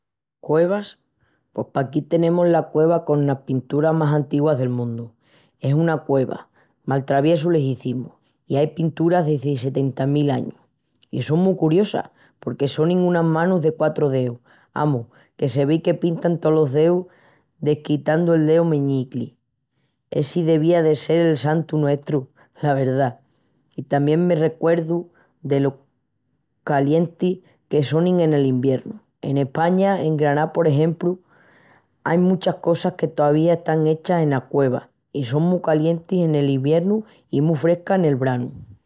Cuevas? Pos paquí tenemus la cueva conas pinturas más antiguas del mundu. Es una cueva, Maltraviessu la izimus, i ain pinturas dendi ai sessenta mil añus. I son mu curiosas porque sonin unas manus de quatru deus, amus que se vei que pintan tolos deus desquitandu el deu moñicli. Essi devía de sel el santu nuestru, la verdá. I tamién me recuerdu delo calientis que sonin en el iviernu. En España, en Graná, por exempru, ain muchas casas que tovía están hechas ena cueva i son mu calientis en el iviernu i mu frescas nel branu.